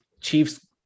Chiefs